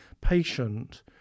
patient